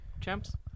Champs